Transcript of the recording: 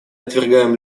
отвергаем